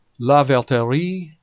la valterie,